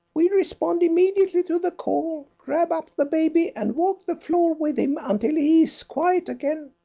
we respond immediately to the call, grab up the baby and walk the floor with him until he is quiet again.